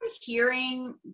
hearing